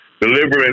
delivering